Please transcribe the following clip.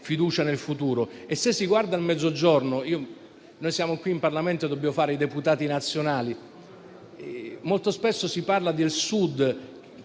fiducia nel futuro. Guardiamo al Mezzogiorno: siamo in Parlamento e dobbiamo fare i deputati nazionali. Molto spesso si parla del Sud